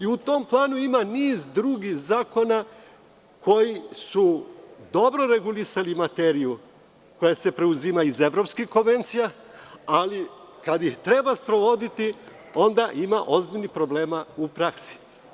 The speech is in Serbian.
U tom planu ima niz drugih zakona koji su dobro reglulisali materiju koja se preuzima iz evropskih konvencija, ali kada ih treba sprovoditi, onda ima ozbiljnih problema u praksi.